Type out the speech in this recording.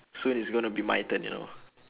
soon it's going to my turn you know